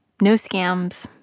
no scams,